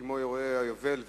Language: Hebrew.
כמו אירועי היובל,